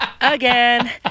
again